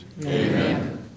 Amen